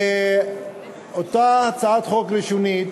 ואותה הצעת חוק ראשונית